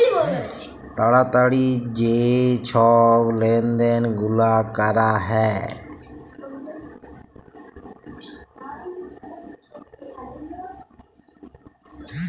তাড়াতাড়ি যে ছব লেলদেল গুলা ক্যরা হ্যয়